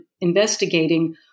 investigating